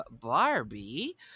Barbie